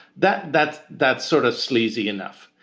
that that's that sort of sleazy enough.